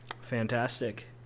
fantastic